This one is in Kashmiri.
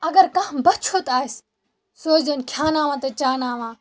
اگر کانٛہہ بۄچھِ ہوٚت آسہِ سُہ ٲسۍزیون کھیٛاناوان تہٕ چاوناوان